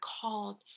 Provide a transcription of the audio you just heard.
called